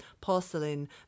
Porcelain